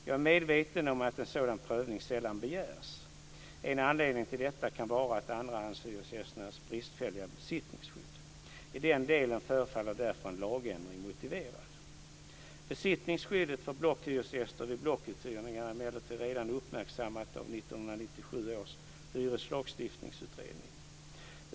Jag är medveten om att en sådan prövning sällan begärs. En anledning till detta kan vara andrahandshyresgästernas bristfälliga besittningsskydd. I den delen förefaller därför en lagändring motiverad. Besittningsskyddet för blockhyresgäster vid blockuthyrning är emellertid redan uppmärksammat av 1997 års hyreslagstiftningsutredning.